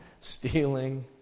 Stealing